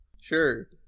Sure